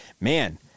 man